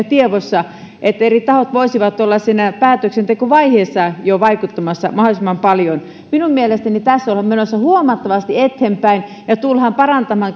tiedossa että eri tahot voisivat olla siinä päätöksentekovaiheessa jo vaikuttamassa mahdollisimman paljon minun mielestäni tässä ollaan menossa huomattavasti eteenpäin ja tullaan parantamaan